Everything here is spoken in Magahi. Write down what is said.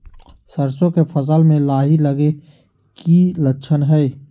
सरसों के फसल में लाही लगे कि लक्षण हय?